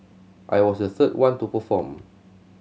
I was the third one to perform